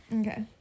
Okay